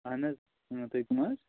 اَہَن حظ تُہۍ کٕم حظ